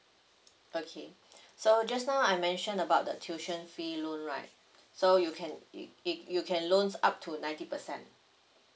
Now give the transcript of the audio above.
okay so just now I mentioned about the tuition fee loan right so you can you you can loans up to ninety percent